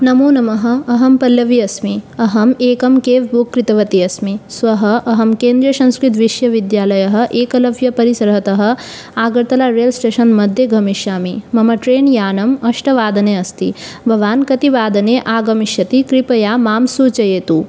नमो नमः अहं पल्लवी अस्मि अहम् एकं केव् बुक् कृतवती अस्मि श्वः अहं केन्द्रियसंस्कृतविश्वविद्यालयतः एकलव्यपरिसरतः आगर्तला रेल् श्टेषन्मघ्ये गमिष्यामि मम ट्रैन् यानम् अष्टवादने अस्ति भवान् कति वादने आगमिष्यति कृपया मां सूचयतु